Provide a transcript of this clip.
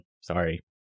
Sorry